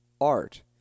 art